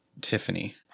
Tiffany